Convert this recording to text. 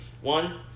One